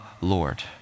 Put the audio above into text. Lord